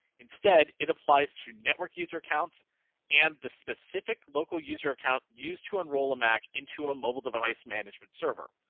instead, it applies to network user accounts and the specific local user account used to enroll a mac into a mobile device management server.